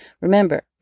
Remember